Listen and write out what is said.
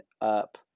up